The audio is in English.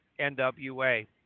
NWA